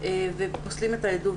ופוסלים את העדות.